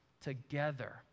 together